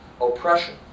oppression